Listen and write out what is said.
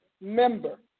member